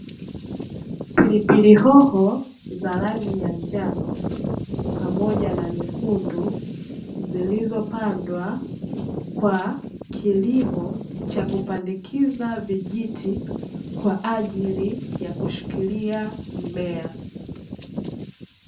Pilipili hoho za rangi ya njano pamoja na nyekundu zilizopandwa kwa kilimo cha kupandikiza vijiti kwa ajili ya kushikilia mmea.